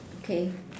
k